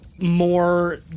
more